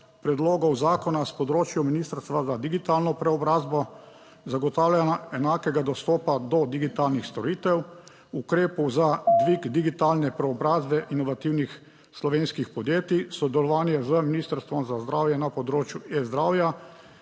predlogov zakona s področja Ministrstva za digitalno preobrazbo, zagotavljanja enakega dostopa do digitalnih storitev, ukrepov za dvig digitalne preobrazbe inovativnih slovenskih podjetij, sodelovanje z Ministrstvom za zdravje na področju e-zdravja,